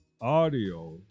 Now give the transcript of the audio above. audio